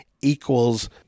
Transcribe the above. equals